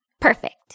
Perfect